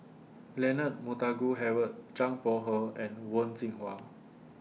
Leonard Montague Harrod Zhang Bohe and Wen Jinhua